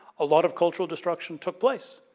a lot of cultural destruction took place